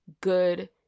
good